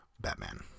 Batman